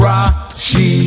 Rashi